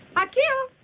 akio? ah,